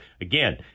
Again